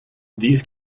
these